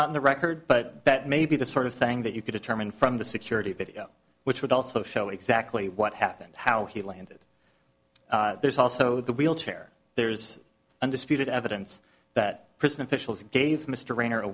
not in the record but that may be the sort of thing that you could determine from the security video which would also show exactly what happened how he landed there's also the wheelchair there's undisputed evidence that prison officials gave mr reiner a